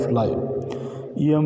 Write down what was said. life